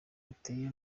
bateye